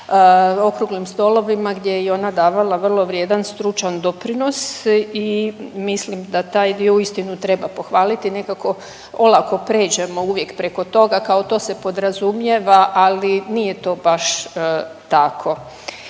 okruglim stolovima gdje je i ona davala vrlo vrijedan stručan doprinos i mislim da taj dio uistinu treba pohvaliti. Nekako olako pređemo uvijek preko toga kao to se podrazumijeva, ali nije to baš tako.